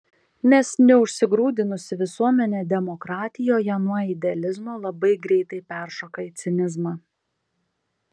nes neužsigrūdinusi visuomenė demokratijoje nuo idealizmo labai greitai peršoka į cinizmą